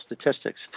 statistics